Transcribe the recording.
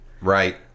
right